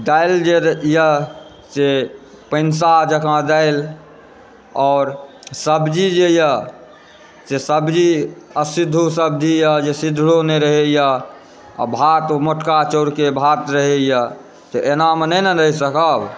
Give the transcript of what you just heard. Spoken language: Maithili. दालि जे यऽ से पनिसा जकाँ दालि आओर सब्जी जेए से सब्जी असिद्धो सब्जीए जे सिद्धो नहि रहैए आ भात ओ मोटका चाउरके भात रहयए एनामे नहि न रहि सकब